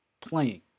playing